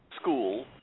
school